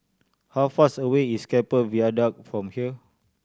how far's away is Keppel Viaduct from here